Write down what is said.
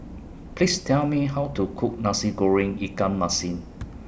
Please Tell Me How to Cook Nasi Goreng Ikan Masin